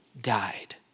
died